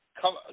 Come